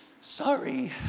Sorry